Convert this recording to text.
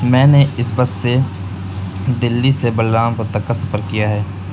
میں نے اس بس سے دلی سے بلرام پور تک کا سفر کیا ہے